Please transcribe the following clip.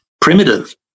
primitive